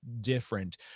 different